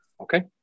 Okay